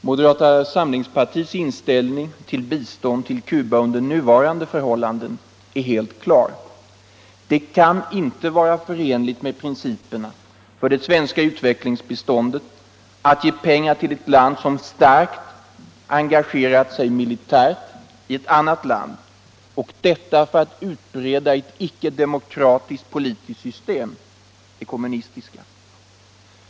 Moderata samlingspartiets inställning till bistånd till Cuba under nuvarande förhållanden är helt klar: Det kan inte vara förenligt med principerna för det svenska utvecklingsbiståndet att ge pengar till ett land som starkt engagerat sig militärt i ett annat land, och detta för att utbreda ett icke-demokratiskt politiskt system — det kommunistiska.